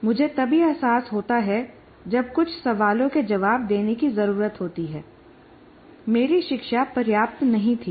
मुझे तभी एहसास होता है जब कुछ सवालों के जवाब देने की जरूरत होती है मेरी शिक्षा पर्याप्त नहीं थी